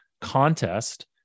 contest